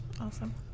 Awesome